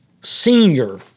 senior